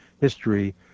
history